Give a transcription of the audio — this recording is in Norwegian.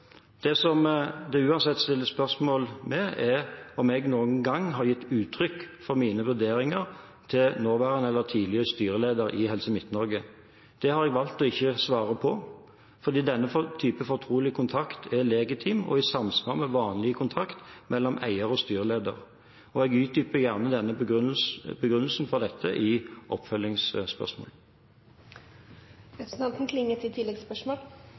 Det som det uansett stilles spørsmål ved, er om jeg noen gang har gitt uttrykk for mine vurderinger til nåværende eller tidligere styreleder i Helse Midt-Norge. Det har jeg valgt ikke å svare på fordi denne typen fortrolig kontakt er legitim og i samsvar med vanlig kontakt mellom eier og styreleder. Jeg utdyper gjerne begrunnelsen for dette i